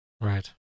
right